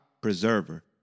preserver